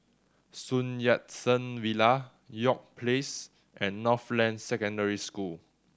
Sun Yat Sen Villa York Place and Northland Secondary School